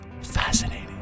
fascinating